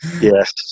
yes